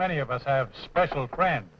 many of us have special friend